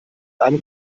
einem